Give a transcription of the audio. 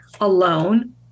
alone